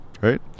right